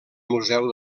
museu